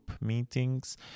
meetings